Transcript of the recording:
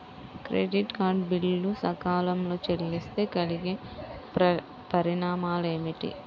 Credit card bill సకాలంలో చెల్లిస్తే కలిగే పరిణామాలేమిటి?